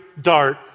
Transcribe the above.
dart